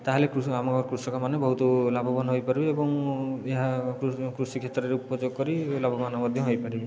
ତାହେଲେ ଆମ କୃଷକମାନେ ବହୁତ ଲାଭବାନ ହୋଇପାରିବେ ଏବଂ ଏହା କୃଷି କ୍ଷେତ୍ରରେ ଉପଯୋଗ କରି ଲାଭବାନ ମଧ୍ୟ ହୋଇପାରିବେ